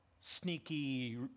sneaky